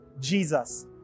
Jesus